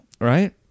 Right